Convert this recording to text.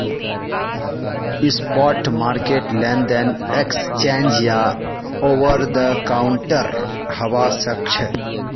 spot market लेनदेन exchange या over the counter हवा सक्छे